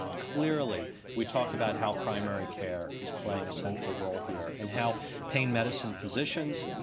clearly we talk about how primary care is playing a central role here, and how pain medicine physicians,